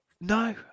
No